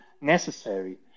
necessary